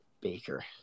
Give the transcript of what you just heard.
Baker